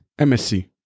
MSc